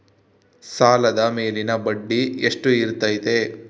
ಸಾಲದ ಮೇಲಿನ ಬಡ್ಡಿ ಎಷ್ಟು ಇರ್ತೈತೆ?